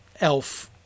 elf